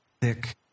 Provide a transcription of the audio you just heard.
thick